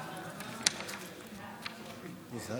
בעד